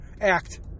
Act